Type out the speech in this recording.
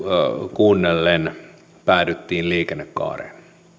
kuunnellen päädyttiin liikennekaareen